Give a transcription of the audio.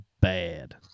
bad